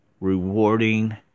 rewarding